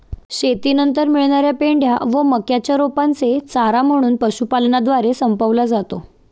शेतीनंतर मिळणार्या पेंढ्या व मक्याच्या रोपांचे चारा म्हणून पशुपालनद्वारे संपवला जातो